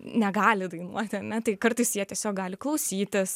negali dainuoti ane tai kartais jie tiesiog gali klausytis